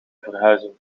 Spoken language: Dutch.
verhuizing